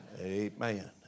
Amen